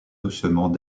doucement